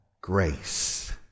grace